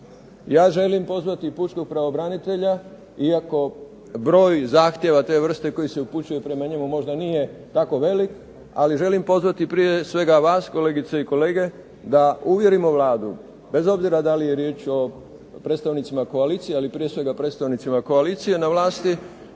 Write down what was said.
Ja želim pozvati pučkog pravobranitelja, iako broj zahtjeva te vrste koji se upućuje prema njemu možda nije tako velik, ali želim pozvati prije svega vas kolegice i kolege da uvjerimo Vladu, bez obzira da li je riječ o predstavnicima koalicije, ali prije svega predstavnicima koalicije na vlasti,